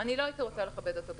כמדינה לא הייתי רוצה לכבד אותו.